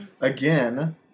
again